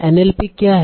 NLP क्या है